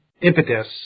impetus